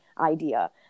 idea